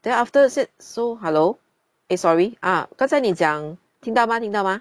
then after sai~ so hello eh sorry 啊刚才你讲听到吗听到吗